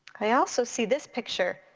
i also see this picture.